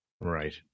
Right